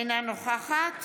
אינה נוכחת